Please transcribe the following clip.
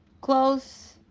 Close